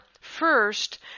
first